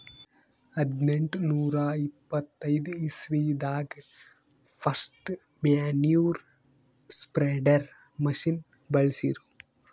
ಹದ್ನೆಂಟನೂರಾ ಎಪ್ಪತೈದ್ ಇಸ್ವಿದಾಗ್ ಫಸ್ಟ್ ಮ್ಯಾನ್ಯೂರ್ ಸ್ಪ್ರೆಡರ್ ಮಷಿನ್ ಬಳ್ಸಿರು